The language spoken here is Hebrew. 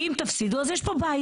כי אם תפסידו אז יש פה בעיה.